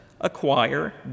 acquire